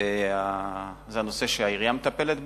זה נושא שהעירייה מטפלת בו.